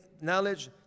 knowledge